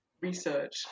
research